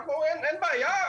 אין בעיה,